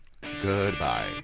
Goodbye